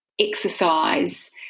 exercise